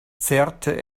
zerrte